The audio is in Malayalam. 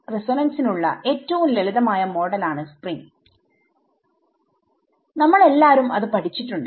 റിസോനൻസിനുള്ള ഏറ്റവും ലളിതമായ മോഡൽ ആണ് സ്പ്രിംഗ് നമ്മളെല്ലാരും അത് പഠിച്ചിട്ടുണ്ട്